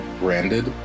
branded